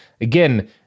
Again